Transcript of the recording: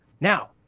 Now